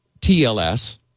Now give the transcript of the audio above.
TLS